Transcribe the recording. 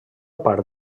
part